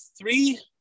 three